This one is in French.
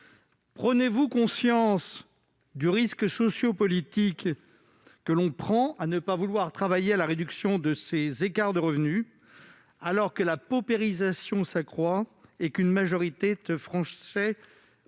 Avez-vous conscience du risque socio-politique que nous prenons à ne pas vouloir travailler à la réduction de ces écarts de revenus, alors que la paupérisation augmente et qu'une majorité de Français